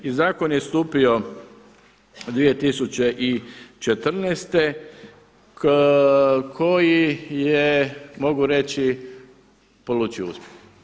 I zakon je stupio 2014. koji je mogu reći polučio uspjeh.